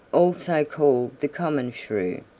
also called the common shrew,